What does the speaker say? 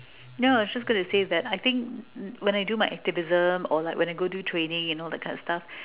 no I was just going to say that I think when I do my activism or like when I go do training you know that kind of stuff